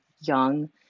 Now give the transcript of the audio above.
young